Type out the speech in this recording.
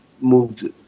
moved